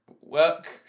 Work